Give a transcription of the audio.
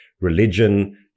religion